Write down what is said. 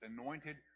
anointed